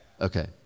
Okay